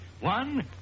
One